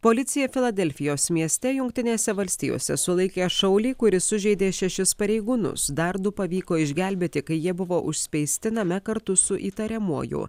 policija filadelfijos mieste jungtinėse valstijose sulaikė šaulį kuris sužeidė šešis pareigūnus dar du pavyko išgelbėti kai jie buvo užspeisti name kartu su įtariamuoju